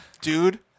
dude